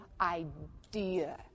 idea